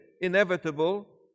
inevitable